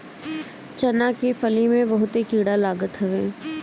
चना के फली में बहुते कीड़ा लागत हवे